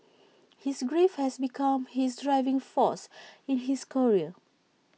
his grief has become his driving force in his career